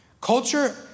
Culture